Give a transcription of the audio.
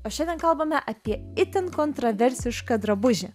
o šiandien kalbame apie itin kontraversišką drabužį